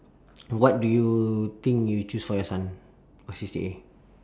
what do you think you choose for your son for C_C_A